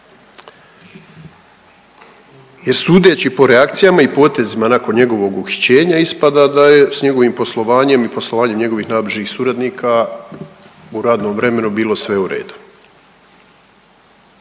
Jer, sudeći po reakcijama i potezima nakon njegovog uhićenja, ispada da je s njegovim poslovanjem i poslovanjem njegovih najbližih suradnika u radnom vremenu bilo sve u redu.